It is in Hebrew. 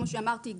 כמו שאמרתי,